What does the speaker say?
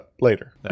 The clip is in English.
later